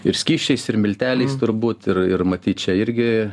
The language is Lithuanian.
ir skysčiais ir milteliais turbūt ir ir matyt čia irgi